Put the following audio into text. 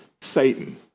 Satan